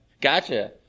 Gotcha